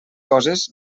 coses